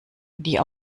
die